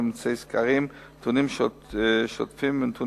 ההוספה נעשית באמצעות שימוש בפוספטים וחומרים